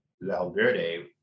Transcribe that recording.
Valverde